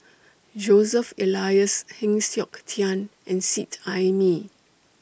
Joseph Elias Heng Siok Tian and Seet Ai Mee